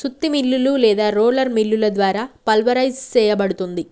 సుత్తి మిల్లులు లేదా రోలర్ మిల్లుల ద్వారా పల్వరైజ్ సేయబడుతుంది